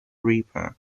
reaper